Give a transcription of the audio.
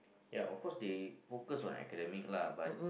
ya of course they focus on academic lah but